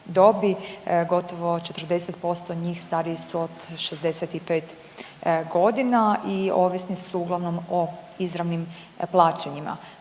gotovo 40% njih stariji su od 65.g. i ovisni su uglavnom o izravnim plaćanjima.